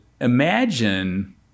Imagine